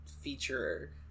feature